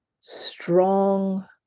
strong